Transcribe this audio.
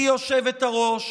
היושבת-ראש.